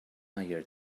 higher